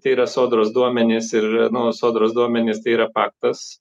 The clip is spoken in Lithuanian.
tai yra sodros duomenys ir nu sodros duomenys tai yra faktas